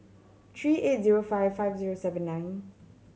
three eight zero five five zero seven nine